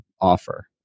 offer